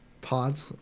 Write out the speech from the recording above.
pods